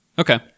Okay